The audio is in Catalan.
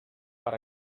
per